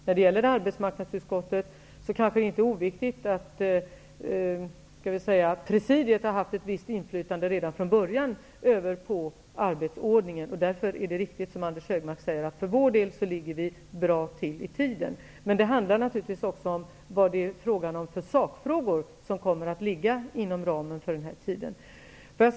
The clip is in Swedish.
När det gäller arbetsmarknadsutskottet är det kanske inte oviktigt att presidiet, som jag kan kalla det, har haft ett visst inflytande redan från början på arbetsordningen. Därför är det riktigt, som Anders Högmark säger, att vi för vår del ligger bra till tidsmässigt. Men det handlar naturligtvis också om vad det är för sakfrågor som kommer att behandlas inom ramen för den här tiden.